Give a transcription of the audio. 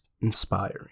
inspiring